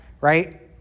right